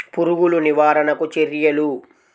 పురుగులు నివారణకు చర్యలు?